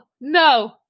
no